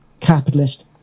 capitalist